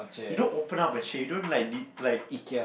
you don't open up a shade you don't like like